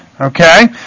okay